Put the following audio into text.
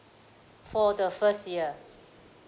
for the first year